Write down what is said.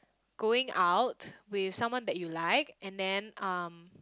going out with someone that you like and then um